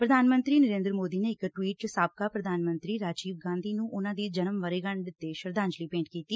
ਪ੍ਰਧਾਨ ਮੰਤਰੀ ਨਰੇਂਦਰ ਮੋਦੀ ਨੇ ਇਕ ਟਵੀਟ ਚ ਸਾਬਕਾ ਪ੍ਰਧਾਨ ਮੰਤਰੀ ਰਾਜੀਵ ਗਾਂਧੀ ਨੁੰ ਉਨ੍ਹਾਂ ਦੀ ਜਨਮ ਵਰ੍ਰੇਗੰਢ ਤੇ ਸ਼ਰਧਾਂਜਲੀ ਭੇਟ ਕੀਤੀ